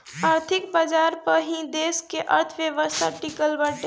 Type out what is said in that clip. आर्थिक बाजार पअ ही देस का अर्थव्यवस्था टिकल बाटे